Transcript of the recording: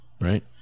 right